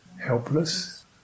helpless